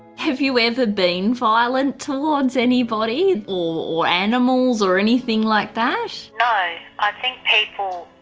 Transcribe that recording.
have you ever been violent towards anybody, or animals, or anything like that? no. i think people,